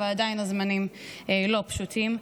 אבל עדיין הזמנים לא פשוטים.